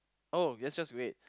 oh let's just wait